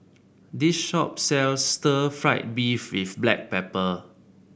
this shop sells Stir Fried Beef with Black Pepper